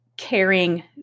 caring